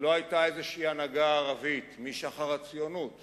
לא היתה איזו הנהגה ערבית, משחר הציונות